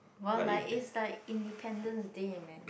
more like it's like Independence Day eh man